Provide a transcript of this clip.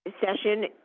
session